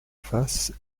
face